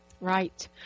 Right